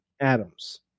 Adams